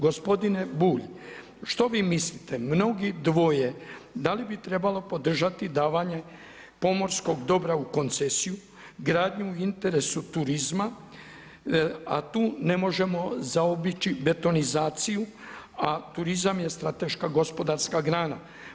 Gospodine Bulj, što vi mislite, mnogi dvoje da li bi trebalo podržati davanje pomorskog dobra u koncesiju, gradnju u interesu turizma a tu ne možemo zaobići betonizaciju a turizam je strateška gospodarska grana.